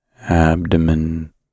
abdomen